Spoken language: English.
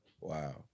Wow